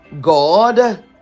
god